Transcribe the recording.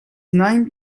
nine